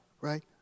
right